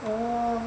oh